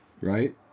right